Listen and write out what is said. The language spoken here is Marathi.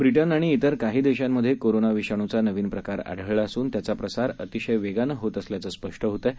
ब्रिटनआणिइतरकाहीदेशांमध्येकोरोनाविषाणूचानवीनप्रकारआढळलाअसून त्याचाप्रसारअतिशयवेगानंहोतअसल्याचंस्पष्टहोतआहे